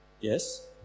Yes